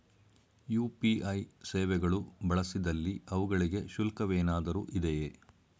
UPI ಸೇವೆಗಳು ಬಳಸಿದಲ್ಲಿ ಅವುಗಳಿಗೆ ಶುಲ್ಕವೇನಾದರೂ ಇದೆಯೇ?